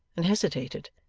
and hesitated.